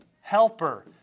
Helper